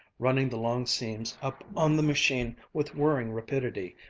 running the long seams up on the machine with whirring rapidity,